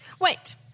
Wait